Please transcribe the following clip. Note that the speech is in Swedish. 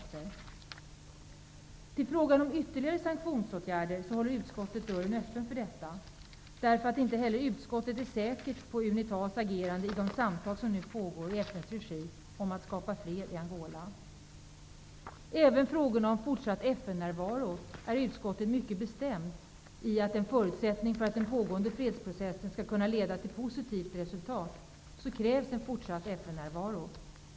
Utskottet håller dörren öppen för ytterligare sanktionsåtgärder, eftersom man inte är säker på hur Unita skall agera vid de samtal om att skapa fred i Angola som nu pågår i FN:s regi. Även när det gäller frågorna om fortsatt FN närvaro är man från utskottets sida mycket bestämd. För att den pågående fredsprocessen skall kunna leda till ett positivt resultat krävs en fortsatt FN-närvaro.